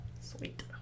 Sweet